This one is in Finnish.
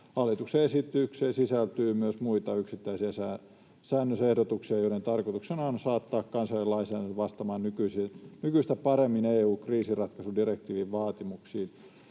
Hallituksen esitykseen sisältyy myös muita, yksittäisiä säännösehdotuksia, joiden tarkoituksena on saattaa kansallinen lainsäädäntö vastaamaan nykyistä paremmin EU:n kriisinratkaisudirektiivin vaatimuksia.